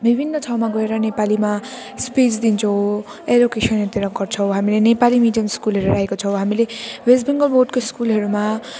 विभिन्न ठाउँमा गएर नेपालीमा स्पिच दिन्छौँ एरोकेसनहरूतिर गर्छौँ हामीले नेपाली मिडियम स्कुलहरू राखेको छौँ हामीले वेस्ट बङ्गाल बोर्डको स्कुलहरूमा